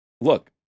look